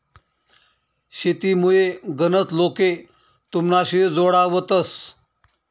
शेतीमुये गनच लोके तुमनाशी जोडावतंस